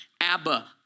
Abba